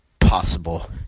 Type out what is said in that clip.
possible